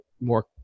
more